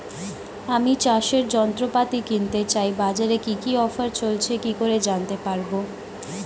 আমি চাষের যন্ত্রপাতি কিনতে চাই বাজারে কি কি অফার চলছে কি করে জানতে পারবো?